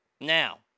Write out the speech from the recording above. Now